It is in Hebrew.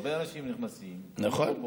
הרבה אנשים נכנסים, קמים כל בוקר,